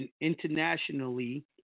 internationally